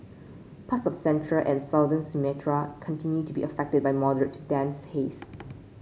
parts of central and southern Sumatra continue to be affected by moderate to dense haze